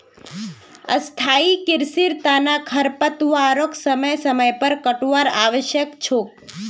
स्थाई कृषिर तना खरपतवारक समय समय पर काटवार आवश्यक छोक